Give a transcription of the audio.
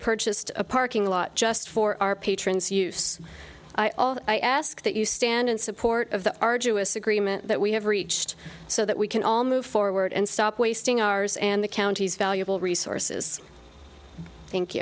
purchased a parking lot just for our patrons use i ask that you stand in support of the arduous agreement that we have reached so that we can all move forward and stop wasting ours and the county's valuable resources think